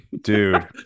dude